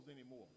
anymore